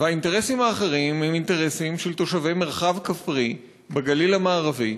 והאינטרסים האחרים הם אינטרסים של תושבי מרחב כפרי בגליל המערבי,